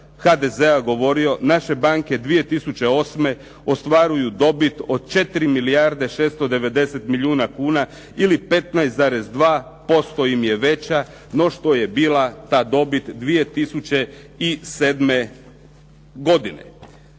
HDZ-a govorio, naše banke 2008. ostvaruju dobit od 4 milijarde 690 milijuna kuna ili 15,2% im je veća no što je bila ta dobit 2007. godine.